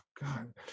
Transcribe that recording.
God